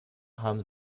haben